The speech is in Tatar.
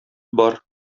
бар